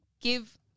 give